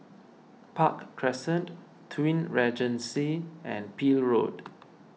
Park Crescent Twin Regency and Peel Road